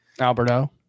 Alberto